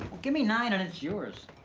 give me nine and it's yours.